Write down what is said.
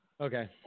Okay